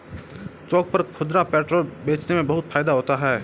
चौक पर खुदरा पेट्रोल बेचने में बहुत फायदा होता है